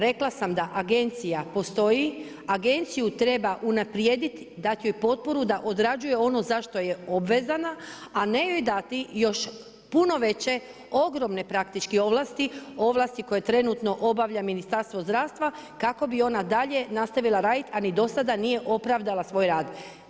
Rekla sam da Agencija postoji, Agenciju treba unaprijediti, dati joj potporu da određuje ono za što je obvezana a ne joj dati još puno veće, ogromne praktički ovlasti, ovlasti koje trenutno obavlja Ministarstvo zdravstva kako bi ona dalje nastavila raditi a ni do sada nije opravdala svoj rad.